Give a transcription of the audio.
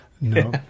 No